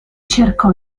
cercò